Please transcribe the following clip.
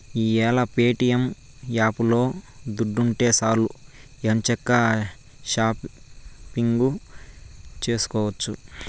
ఈ యేల ప్యేటియం యాపులో దుడ్డుంటే సాలు ఎంచక్కా షాపింగు సేసుకోవచ్చు